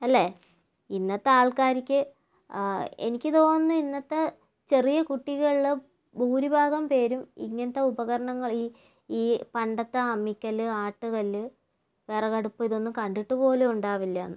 അല്ലേ ഇന്നത്തെ ആൾക്കാർക്ക് എനിക്ക് തോന്നുന്നു ഇന്നത്തെ ചെറിയ കുട്ടികളും ഭൂരിഭാഗം പേരും ഇങ്ങനത്തെ ഉപകരണങ്ങൾ ഈ ഈ പണ്ടത്തെ അമ്മിക്കല്ല് ആട്ടുകല്ല് വിറകടുപ്പ് ഇതൊന്നും കണ്ടിട്ട് പോലും ഉണ്ടാവില്ലാന്ന്